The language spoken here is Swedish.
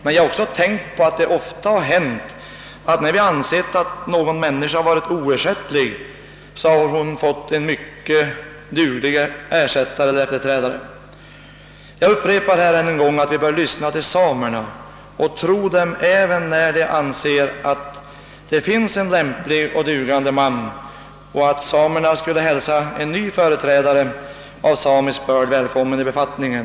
Men jag har också tänkt på att det ofta har hänt, när vi ansett att en människa är oersättlig, att hon fått en mycket duglig efterträdare. Jag upprepar ännu en gång att vi bör lyssna till samerna och tro dem även när de anser att det finns en lämplig och dugande man och att samerna skul le hälsa en ny företrädare av samisk börd välkommen i befattningen.